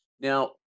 now